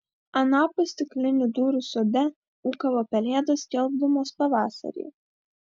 anapus stiklinių durų sode ūkavo pelėdos skelbdamos pavasarį